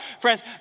Friends